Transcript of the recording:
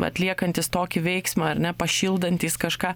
atliekantys tokį veiksmą ar ne pašildantys kažką